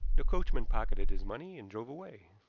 the coachman pocketed his money and drove away.